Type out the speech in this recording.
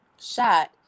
shot